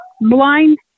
blind